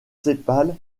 sépales